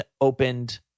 opened